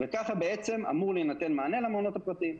ככה בעצם אמור להינתן מענה למעונות הפרטיים.